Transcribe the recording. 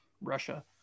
Russia